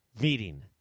meeting